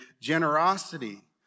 generosity